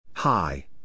Hi